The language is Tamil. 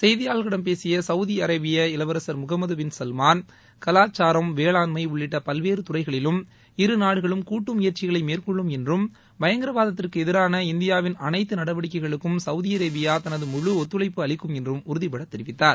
செய்தியாளர்களிடம் பேசிய சவூதி அரேபிய இளவரசர் முகம்மது பின் சல்மான் கலாச்சாரம் வேளாண்மை உள்ளிட்ட பல்வேறு துறைகளிலும் இரு நாடுகளும் கூட்டு முயற்சிகளை மேற்கொள்ளும் என்றும் பயங்கரவாதத்திற்கு எதிரான இந்தியாவின் நடவடிக்கைகளுக்கும் சவூதி அரேபியா தனது முழு ஒத்துழைப்பு அளிக்கும் என்றும் உறுதிபட தெரிவித்தார்